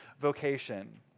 vocation